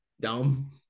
dumb